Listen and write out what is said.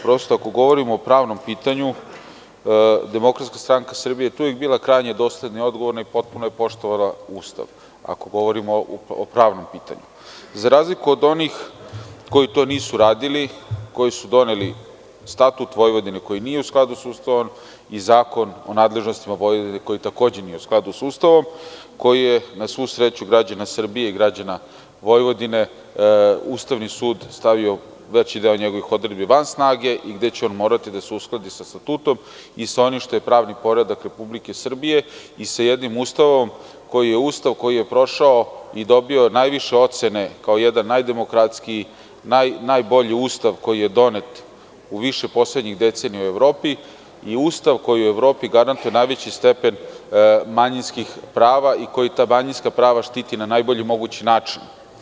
Prosto, ako govorimo o pravnom pitanju, DSS je tu uvek bila krajnje dosledna i odgovorna i potpuno je poštovala Ustav, za razliku od onih koji to nisu radili, koji su doneli Statut Vojvodine koji nije u skladu s Ustavom i Zakon o nadležnostima Vojvodine koji takođe nije u skladu s Ustavom, koji je, na svu sreću građana Srbije i građana Vojvodine, Ustavni sud stavio van snage i gde će on morati da se uskladi sa Statutom i sa onim što je pravni poredak Republike Srbije i sa jednim ustavom koji je prošao i dobio najviše ocene kao jedan najdemokratskiji i najbolji Ustav koji je donet u više poslednjih decenija u Evropi, je Ustav koji u Evropi garantuje najveći stepen i manjinskih prava i koji ta manjinska prava štiti na najbolji mogući način.